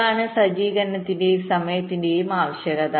ഇതാണ് സജ്ജീകരണത്തിന്റെയും സമയത്തിൻറെയും ആവശ്യകത